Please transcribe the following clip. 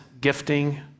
gifting